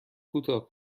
کوتاه